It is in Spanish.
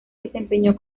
desempeñó